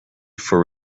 for